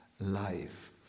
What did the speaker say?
life